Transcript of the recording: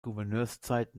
gouverneurszeit